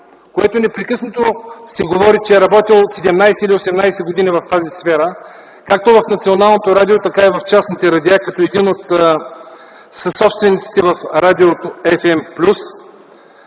радиото, непрекъснато се говори, че е работил 17-18 години в тази сфера както в Националното радио, така и в частните радиа като един от съсобствениците на радио „FM+”.